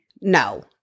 No